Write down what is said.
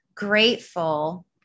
grateful